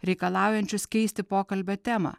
reikalaujančius keisti pokalbio temą